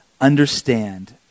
understand